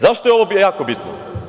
Zašto je ovo jako bitno?